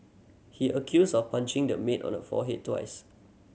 he accused of punching the maid on her forehead twice